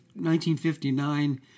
1959